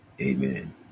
Amen